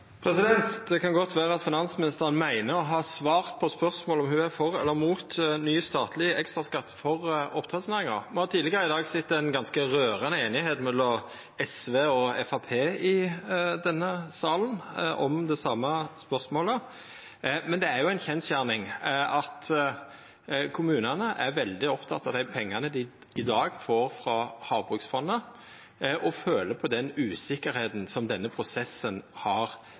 Det kan godt vera at finansministeren meiner å ha svart på spørsmålet om ho er for eller imot ny, statleg ekstraskatt for oppdrettsnæringa. Me har tidlegare i dag sett ei ganske rørande einigheit mellom SV og Framstegspartiet i denne salen om det same spørsmålet. Men det er jo ei kjensgjerning at kommunane er veldig opptekne av dei pengane dei i dag får frå Havbruksfondet, og føler på den usikkerheita som denne prosessen har